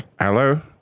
Hello